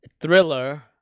Thriller